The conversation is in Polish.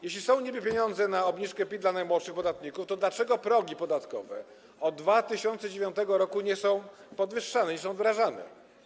Jeśli niby są pieniądze na obniżkę PIT dla najmłodszych podatników, to dlaczego progi podatkowe od 2009 r. nie są podwyższane, nie są wdrażane?